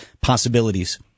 possibilities